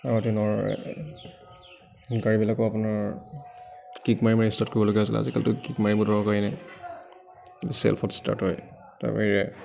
আগৰ দিনৰ গাড়ীবিলাকো আপোনাৰ কিক মাৰি মাৰি ষ্টাৰ্ট কৰিবলগীয়া হৈছিলে আজিকালিতো কিক মাৰিব দৰকাৰেই নাই চেল্ফত ষ্টাৰ্ট হয় তাৰ বাহিৰে